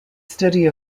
study